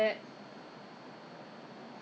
within a within a couple of hours